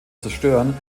zerstören